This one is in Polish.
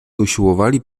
usiłowali